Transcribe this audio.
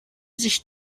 sich